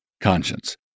conscience